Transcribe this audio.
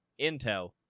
Intel